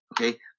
okay